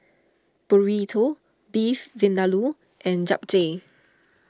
Burrito Beef Vindaloo and Japchae